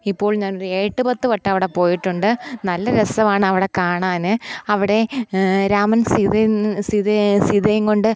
ഇപ്പോൾ ഞാനൊരു ഏഴെട്ടുപത്തുവട്ടം അവിടെ പോയിട്ടുണ്ട് നല്ല രസമാണവിടെ കാണാൻ അവിടെ രാമൻ സീതയിൻ സീതയെ സീതയെയും കൊണ്ട്